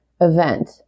event